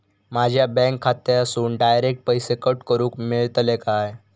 माझ्या बँक खात्यासून डायरेक्ट पैसे कट करूक मेलतले काय?